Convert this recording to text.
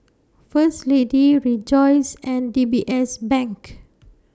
First Lady Rejoice and D B S Bank